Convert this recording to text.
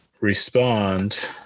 respond